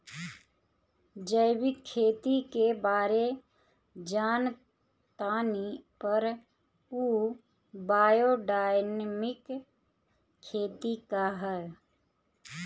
जैविक खेती के बारे जान तानी पर उ बायोडायनमिक खेती का ह?